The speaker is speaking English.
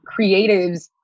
creatives